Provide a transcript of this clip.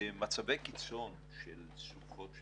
במצבי קיצון של סופות,